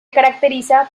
caracteriza